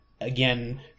again